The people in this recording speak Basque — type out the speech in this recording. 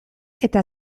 eta